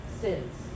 sins